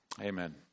amen